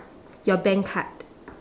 your bank card